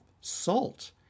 salt